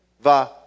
Va